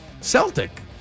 Celtic